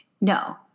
no